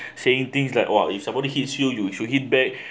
saying things like !wah! if somebody hits you you should hit back